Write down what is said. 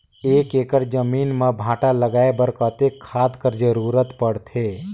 एक एकड़ जमीन म भांटा लगाय बर कतेक खाद कर जरूरत पड़थे?